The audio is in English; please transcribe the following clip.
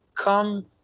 come